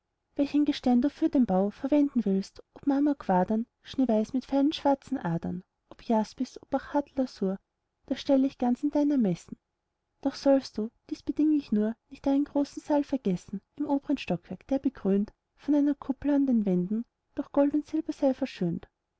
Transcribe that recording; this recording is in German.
welch ein gestein du für den bau verwenden willst ob marmorquadern schneeweiß mit feinen schwarzen adern ob jaspis ob achat lasur das stell ich ganz in dein ermessen doch sollst du dies beding ich nur nicht einen großen saal vergessen im obern stockwerk der bekrönt von einer kuppel an den wänden durch gold und silber sei verschönt